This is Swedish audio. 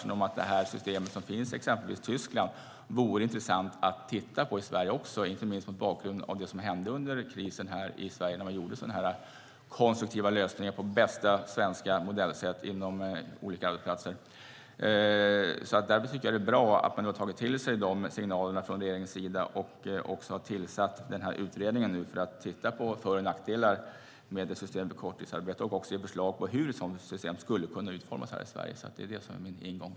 Det är att det system som finns exempelvis i Tyskland vore intressant att titta på också i Sverige, inte minst mot bakgrund av det som hände i Sverige under krisen när man på olika arbetsplatser gjorde konstruktiva lösningar på bästa sätt enligt den svenska modellen. Därför tycker jag att det är bra att man från regeringens sida har tagit till sig de signalerna och har tillsatt den här utredningen för att titta på för och nackdelar med systemet med korttidsarbete och också ge förslag på hur ett sådant system skulle kunna utformas här i Sverige. Det är det som är min ingång.